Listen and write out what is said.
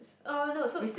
uh no so